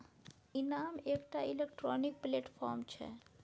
इनाम एकटा electronic platform छै